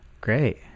Great